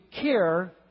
care